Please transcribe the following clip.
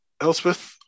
Elspeth